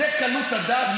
זו קלות הדעת,